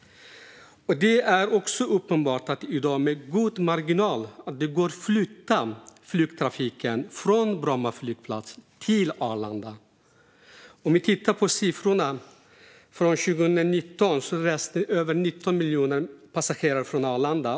Det är också uppenbart att det med god marginal går att flytta flygtrafiken från Bromma flygplats till Arlanda. Tittar man på siffrorna från 2019 ser man att över 19 miljoner passagerare reste från Arlanda.